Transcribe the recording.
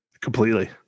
completely